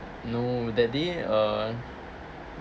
no that day uh